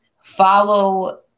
follow